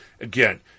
Again